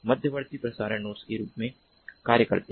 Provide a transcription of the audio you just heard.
मध्यवर्ती प्रसारण नोड्स के रूप में कार्य करते हैं